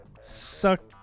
suck